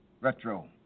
Retro